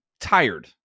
tired